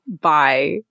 Bye